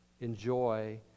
enjoy